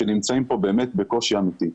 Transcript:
שנמצאים פה באמת בקושי אמיתי.